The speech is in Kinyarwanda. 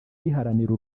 riharanira